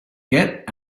get